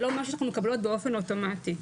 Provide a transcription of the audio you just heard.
לא אומר שאנחנו מקבלות באופן אוטומטי.